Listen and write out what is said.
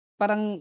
parang